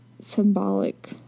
symbolic